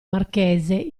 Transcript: marchese